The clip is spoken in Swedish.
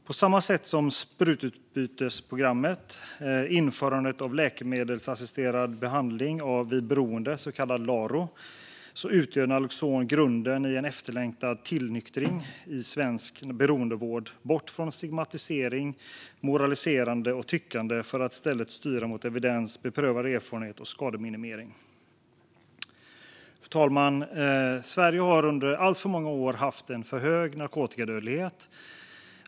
På samma sätt som sprututbytesprogrammet och införandet av läkemedelsassisterad behandling vid beroende, så kallad LARO, utgör naloxon grunden i en efterlängtad tillnyktring i svensk beroendevård bort från stigmatisering, moraliserande och tyckande för att i stället styra mot evidens, beprövad erfarenhet och skademinimering. Fru talman! Sverige har under alltför många år haft en för hög narkotikadödlighet.